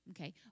Okay